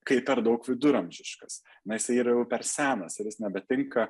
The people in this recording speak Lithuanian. kaip per daug viduramžiškas nes jisai yra jau per senas ir jis nebetinka